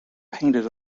painted